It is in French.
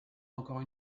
encore